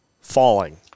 falling